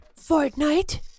Fortnite